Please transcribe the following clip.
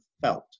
felt